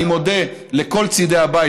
אני מודה לכל צידי הבית,